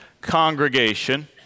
congregation